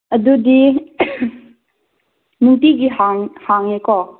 ꯑꯗꯨꯗꯤ ꯅꯨꯡꯇꯤꯒꯤ ꯍꯥꯡꯉꯦꯀꯣ